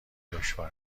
دشوار